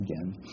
again